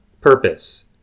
Purpose